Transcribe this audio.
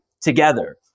together